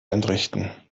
entrichten